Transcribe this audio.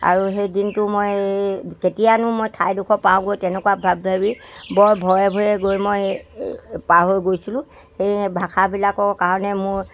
আৰু সেই দিনটো মই কেতিয়ানো মই ঠাইডোখৰ পাওঁগৈ তেনেকুৱা ভাবি ভাবি বৰ ভয়ে ভয়ে গৈ মই পাৰ হৈ গৈছিলোঁ সেই ভাষাবিলাকৰ কাৰণে মোৰ